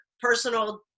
personal